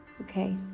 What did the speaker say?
Okay